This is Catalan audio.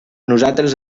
nosaltres